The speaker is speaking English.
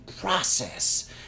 process